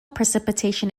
precipitation